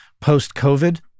post-COVID